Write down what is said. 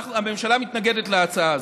הממשלה מתנגדת להצעה.